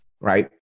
right